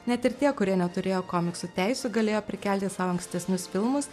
net ir tie kurie neturėjo komiksų teisių galėjo prikelti savo ankstesnius filmus